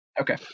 Okay